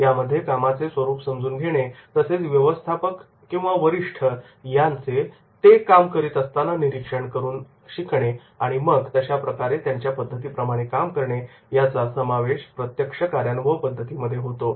यामध्ये कामाचे स्वरूप समजून घेणे तसेच व्यवस्थापक किंवा वरिष्ठ यांचे ते काम करीत असताना निरीक्षण करून ते शिकणे आणि मग तशाप्रकारे त्यांच्या पद्धतीप्रमाणे काम करणे याचा समावेश प्रत्यक्ष कार्यानुभव प्रशिक्षणामध्ये होतो